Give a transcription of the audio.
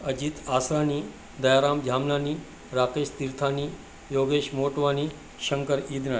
Ajit Aswani Dayaram Jhamnani Rakesh Tirthani Yogesh Motwani Shankar Idnani